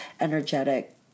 energetic